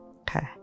Okay